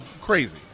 crazy